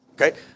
okay